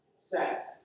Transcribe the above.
set